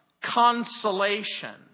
consolation